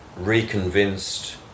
reconvinced